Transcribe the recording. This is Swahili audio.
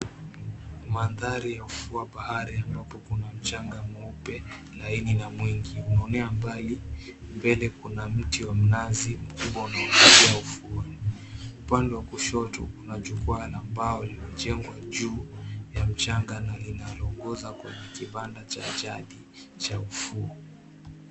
Maandhari ya ufuo wa bahari ambapo kuna mchanga mweupe laini na mwingi unaonea mbali. Mbele kuna mti wa mnazi mkubwa ufuoni. Upande wa kushoto kuna jukwaa la mbao lililojengwa juu ya mchanga na linaliongoza kwenye kibanda cha jadi cha ufuo.